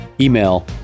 email